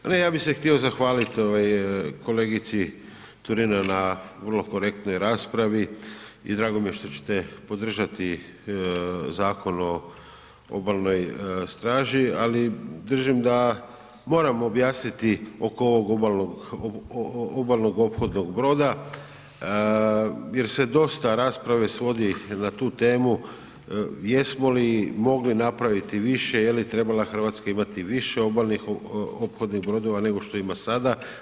Ma ne, ja bih se htio zahvaliti, ovaj kolegici Turina na vrlo korektnoj raspravi i drago mi je što ćete podržati Zakon o Obalnoj straži, ali držim da, moramo objasniti oko ovog obalnog, obalnog ophodnog broda jer se dosta rasprave svodi na tu temu jesmo li mogli napraviti više, je li trebala Hrvatska imati više obalnih ophodnih brodova nego što ima sada.